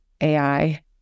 AI